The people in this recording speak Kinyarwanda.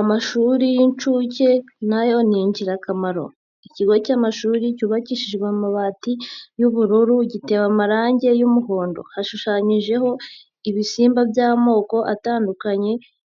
Amashuri y'inshuke na yo ni ingirakamaro, ikigo cy'amashuri cyubakishijwe amabati y'ubururu gitewe amarage y'umuhondo, hashushanyijeho ibisimba by'amoko atandukanye